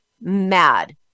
mad